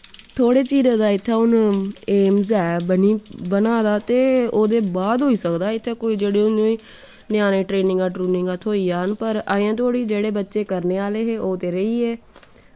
थोह्ड़े चिरे दा इत्थें हून एम्स ऐ बना दा ते ओह्दे बाद होई सकदा इत्थें कोई जेह्ड़े हून ञ्याणेंई ट्रेनिंगा ट्रुनिंगा थ्होई जान पर अजें तोड़े जेह्ड़े बच्चे करने आह्ले हे ओह् ते रेहिये